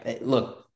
look